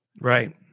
Right